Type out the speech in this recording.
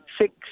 six